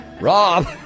Rob